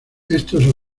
estos